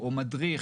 או מדריך